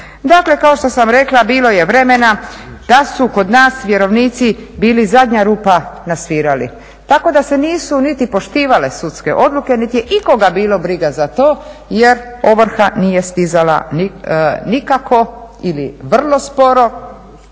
Dakle, kao što sam rekla bilo je vremena da su kod nas vjerovnici bili zadnja rupa na svirali, tako da se nisu niti poštivale sudske odluke, niti je ikoga bilo briga za to jer ovrha nije stizala nikako ili vrlo sporo.